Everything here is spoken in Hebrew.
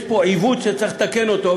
יש פה עיוות שצריך לתקן אותו,